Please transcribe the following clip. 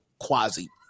quasi